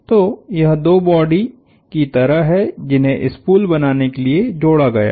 तो यह दो बॉडी की तरह है जिन्हें स्पूल बनाने के लिए जोड़ा गया है